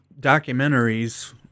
documentaries